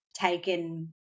taken